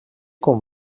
com